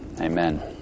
Amen